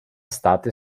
state